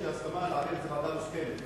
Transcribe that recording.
ביקשתי הסכמה להעביר את זה לוועדה מוסכמת.